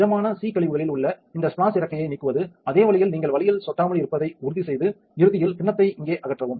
திடமான சி கழிவுகளில் உள்ள இந்த ஸ்ப்ளாஷ் இறக்கையை நீக்குகிறது அதே வழியில் நீங்கள் வழியில் சொட்டாமல் இருப்பதை உறுதிசெய்து இறுதியில் கிண்ணத்தை இங்கே அகற்றவும்